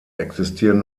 existieren